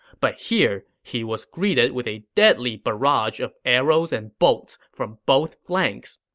but here, he was greeted with a deadly barrage of arrows and bolts from both flanks.